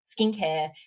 skincare